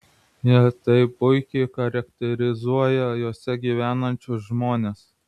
jie taip puikiai charakterizuoja juose gyvenančius žmones